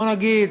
בואו נגיד,